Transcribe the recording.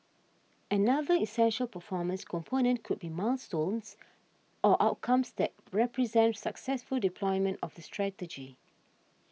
another essential performance component could be milestones or outcomes that represent successful deployment of the strategy